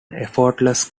effortless